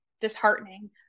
disheartening